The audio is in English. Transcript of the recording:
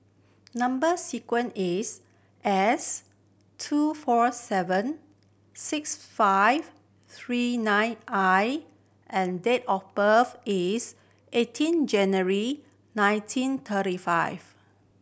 number sequence is S two four seven six five three nine I and date of birth is eighteen January nineteen thirty five